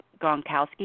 Gronkowski